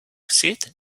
seed